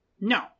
No